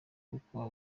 kuko